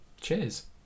Cheers